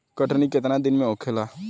कटनी केतना दिन में होखेला?